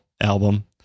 album